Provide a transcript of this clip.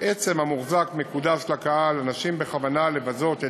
או עצם המוחזק מקודש לקהל אנשים בכוונה לבזות את